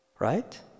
Right